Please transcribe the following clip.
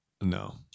No